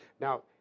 Now